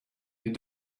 you